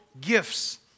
gifts